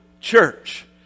church